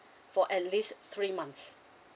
for at least three months